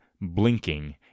blinking